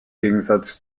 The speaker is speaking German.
gegensatz